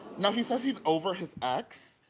now he says he's over his ex,